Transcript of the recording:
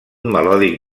melòdic